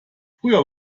früher